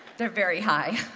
they are very high.